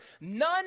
None